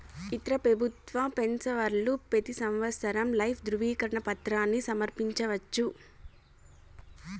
ఇతర పెబుత్వ పెన్సవర్లు పెతీ సంవత్సరం లైఫ్ దృవీకరన పత్రాని సమర్పించవచ్చు